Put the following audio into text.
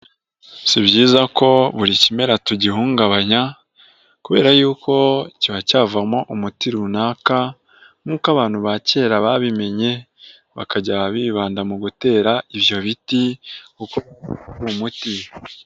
Si byiza ko buri kimera tugihungabanya kubera yuko kiba cyavamo umuti runaka nkuko abantu ba kera babimenye bakajya bibanda mu gutera ibyo biti kuko ari umuti.